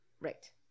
Right